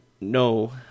no